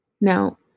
Now